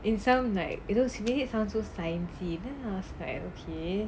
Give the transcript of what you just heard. it sounds like he made it sound sciency then I was like okay